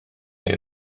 neu